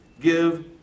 give